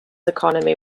economy